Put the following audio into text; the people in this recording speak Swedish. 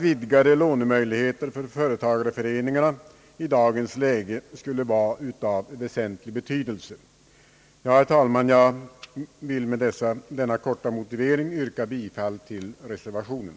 Vidgade lånemöjligheter hos företagareföreningarna skulle i dagens läge vara av väsentlig betydelse. Herr talman! Jag vill med denna korta motivering yrka bifall till reservationen.